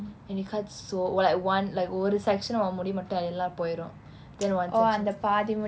and they cut so what like one like ஒரு:oru section முடி மட்டும் எல்லாம் போயிரும்:mudi mattum ellaam poyirum then one section